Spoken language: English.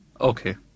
Okay